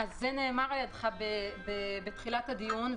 זה נאמר על ידך בתחילת הדיון,